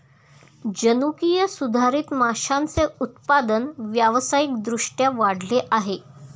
जनुकीय सुधारित माशांचे उत्पादन व्यावसायिक दृष्ट्या वाढले आहे